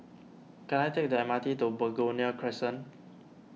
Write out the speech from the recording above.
can I take the M R T to Begonia Crescent